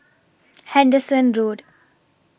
Henderson Road